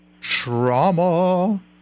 Trauma